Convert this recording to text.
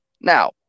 Now